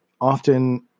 often